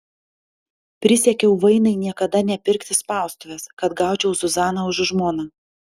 prisiekiau vainai niekada nepirkti spaustuvės kad gaučiau zuzaną už žmoną